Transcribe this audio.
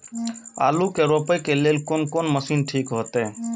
आलू के रोपे के लेल कोन कोन मशीन ठीक होते?